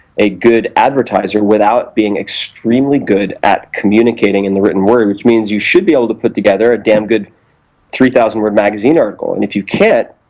a good advertiser, without being extremely good at communicating in the written word, which means you should be able to put together a damn-good three thousand word magazine article, and if you can't,